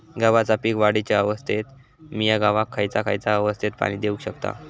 गव्हाच्या पीक वाढीच्या अवस्थेत मिया गव्हाक खैयचा खैयचा अवस्थेत पाणी देउक शकताव?